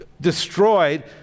destroyed